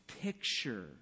picture